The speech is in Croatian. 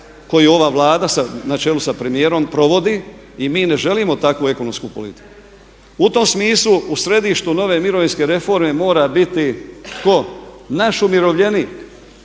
koju ovu Vlada na čelu sa premijerom provodi. I mi ne želimo takvu ekonomsku politiku. U tom smislu u središtu nove mirovinske reforme mora biti tko? Naš umirovljenik.